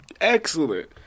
excellent